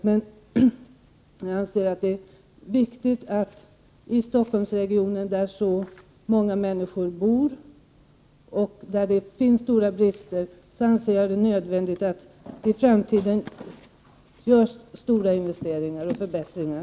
Men i Stockholmsregionen, där så många människor bor och där det finns så stora brister, är det nödvändigt att det i framtiden görs stora investeringar och förbättringar.